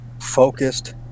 focused